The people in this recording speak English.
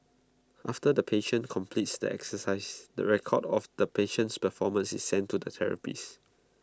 after the patient completes the exercises the record of the patient's performance is sent to the therapist